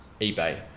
eBay